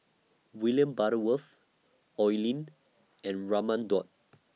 William Butterworth Oi Lin and Raman Daud